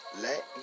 Let